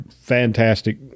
fantastic